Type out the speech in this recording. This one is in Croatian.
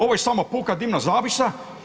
Ovo je samo puka dimna zavjesa.